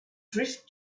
drift